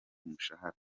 umushahara